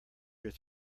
your